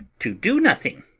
to do nothing,